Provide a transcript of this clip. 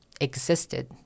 existed